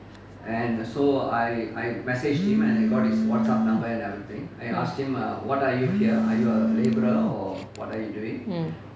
mm